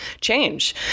change